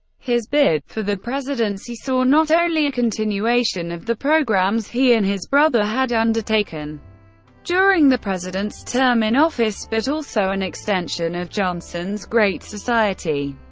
his bid for the presidency saw not only a continuation of the programs he and his brother had undertaken during the president's term in office, but also an extension of johnson's great society.